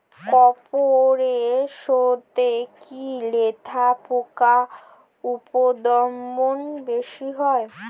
কোপ ই সরষে কি লেদা পোকার উপদ্রব বেশি হয়?